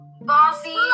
Bossy